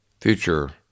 future